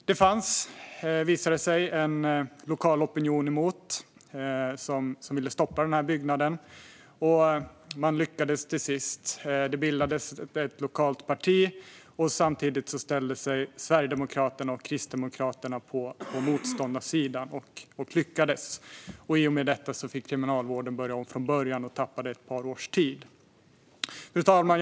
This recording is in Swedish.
Det visade sig finnas en lokal opinion som var emot och ville stoppa byggnaden. De lyckades till sist. Det bildades ett lokalt parti, och Sverigedemokraterna och Kristdemokraterna ställde sig på motståndarnas sida. De lyckades. I och med det fick Kriminalvården börja om från början och tappade ett par år. Fru talman!